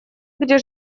где